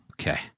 Okay